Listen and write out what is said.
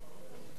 תודה רבה.